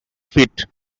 fit